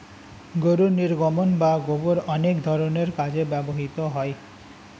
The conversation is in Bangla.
গরুর নির্গমন বা গোবর অনেক ধরনের কাজে ব্যবহৃত হয়